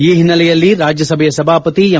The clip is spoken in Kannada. ಈ ಹಿನ್ನೆಲೆಯಲ್ಲಿ ರಾಜ್ಯಸಭೆಯ ಸಭಾಪತಿ ಎಂ